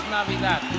Navidad